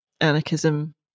anarchism